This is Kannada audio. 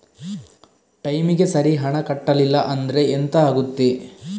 ಟೈಮಿಗೆ ಸರಿ ಹಣ ಕಟ್ಟಲಿಲ್ಲ ಅಂದ್ರೆ ಎಂಥ ಆಗುತ್ತೆ?